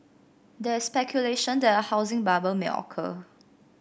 there is speculation that a housing bubble may occur